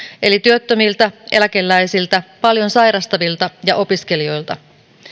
eli työttömiltä eläkeläisiltä paljon sairastavilta ja opiskelijoilta